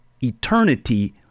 eternity